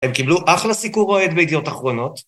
הם קיבלו אחלה סיכור רועד בידיעות אחרונות.